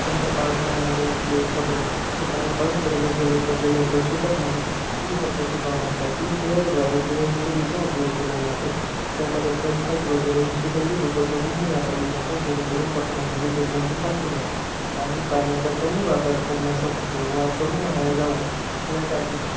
समजा पावसाळ्यामध्ये असले कपडे तर बाहेर पाऊस पडत असलं तर कपडे लवकर सुकत नाहीत हे कपडे सुकवण्यासाठी हेअरड्रायर किंवा इस्तरीचा उपयोग केला जातो त्यामध्ये कम्फर्ट वगैरे ही सुगंधित उपकरणेही वापरली जातात जेणेकरून कपड्यांमध्ये दुर्गंधी साचू नाही आणि पाण्याचा कमी वापर करण्यासाठी किंवा वा कमी वाया जावं यासाठी